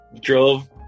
drove